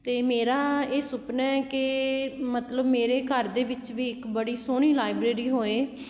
ਅਤੇ ਮੇਰਾ ਇਹ ਸੁਪਨਾ ਹੈ ਕਿ ਮਤਲਬ ਮੇਰੇ ਘਰ ਦੇ ਵਿੱਚ ਵੀ ਇੱਕ ਬੜੀ ਸੋਹਣੀ ਲਾਇਬ੍ਰੇਰੀ ਹੋਏ